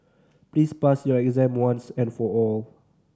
please pass your exam once and for all